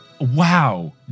Wow